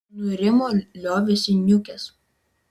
nurimo liovėsi niūkęs